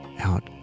out